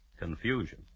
Confusion